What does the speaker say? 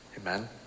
Amen